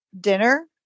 dinner